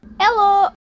Hello